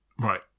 Right